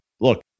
look